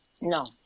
No